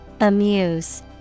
Amuse